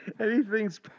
anything's